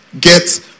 Get